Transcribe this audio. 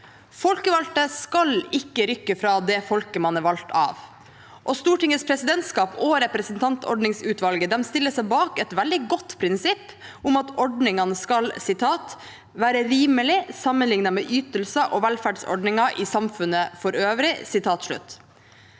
Folkevalgte skal ikke rykke fra det folket man er valgt av, og Stortingets presidentskap og representantordningsutvalget stiller seg bak et veldig godt prinsipp om at ordningene skal «være rimelige sammenlignet med ytelser og velferdsordninger i samfunnet for øvrig».